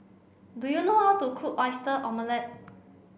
do you know how to cook Oyster Omelette